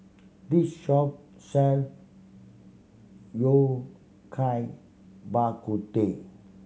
this shop sell Yao Cai Bak Kut Teh